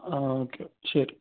ആ ഓക്കെ ശരി